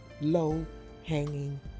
low-hanging